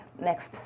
next